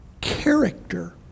character